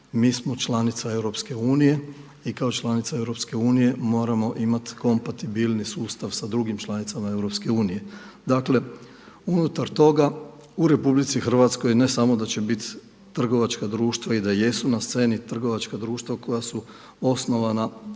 mi smo članica EU i kao članica EU moramo imati kompatibilni sustav sa drugim članicama EU. Dakle unutar toga u RH ne samo da će biti trgovačka društva i da jesu na sceni trgovačka društva koja su osnovana